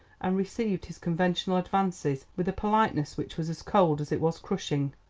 and received his conventional advances with a politeness which was as cold as it was crushing.